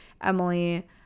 Emily